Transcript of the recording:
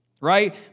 right